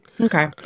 okay